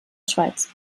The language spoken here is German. schweiz